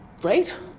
Great